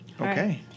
Okay